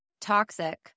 toxic